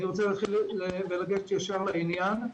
אני רוצה לגשת ישר לעניין: